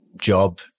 job